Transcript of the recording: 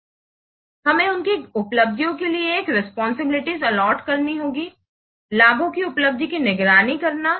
इसलिए हमें उनकी उपलब्धि के लिए एक रेस्पॉन्सिबिलिटीज़ अलॉट करनी होंगी लाभों की उपलब्धि की निगरानी करना